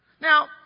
Now